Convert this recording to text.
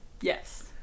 Yes